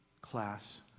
class